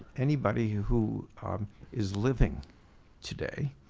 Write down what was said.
anybody who who is living today,